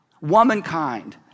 Womankind